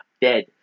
dead